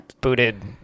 booted